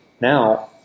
Now